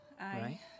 Right